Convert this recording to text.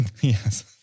yes